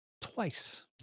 twice